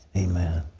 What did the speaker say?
amen.